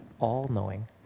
all-knowing